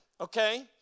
okay